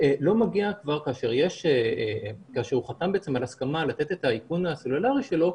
לא מגיע כבר כאשר הוא חתם על הסכמה לתת את האיכון הסלולרי שלו.